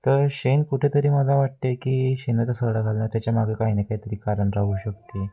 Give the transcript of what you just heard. तर शेण कुठेतरी मला वाटते की शेणाचा सडा घालणं त्याच्यामागे काही ना काहीतरी कारण राहू शकते